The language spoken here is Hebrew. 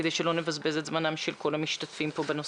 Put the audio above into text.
כדי שלא נבזבז את זמנים של כל המשתתפים כאן.